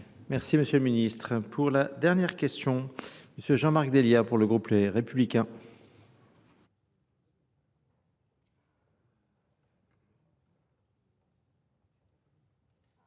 Merci M. le Ministre. Pour la dernière question, M. Jean-Marc Delia pour le groupe Les Républicains.